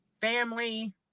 family